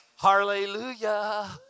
Hallelujah